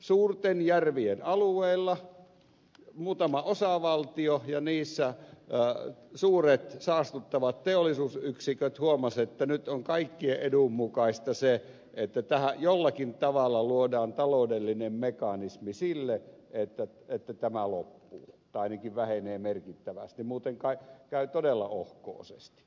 suurten järvien alueella muutama osavaltio ja niissä suuret saastuttavat teollisuusyksiköt huomasivat että nyt on kaikkien edun mukaista se että tähän jollakin tavalla luodaan taloudellinen mekanismi sille että tämä loppuu tai ainakin vähenee merkittävästi muuten käy todella ohkoosesti